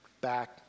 back